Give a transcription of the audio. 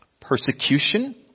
persecution